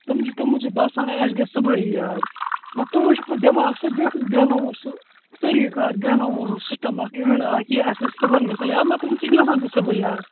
تِم چھِ تِمن چھُ باسان ہے اَسہِ گَژھِ صُبحٲے یاد مگر تِمن چھُ آسان دٮیٚماغس منز اکثر بیٚٹھنومُت سُہ طریٖقات بیٚہنومُت سُہ سِسٹم اکھ ایوٚینٹ یہِ اسہِ چھُ صبحن گَژھان یاد مگر تِمن چھُ گَژھان تہِ صبحہے یاد